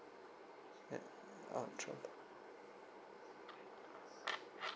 uh ultra